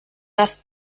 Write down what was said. das